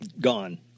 gone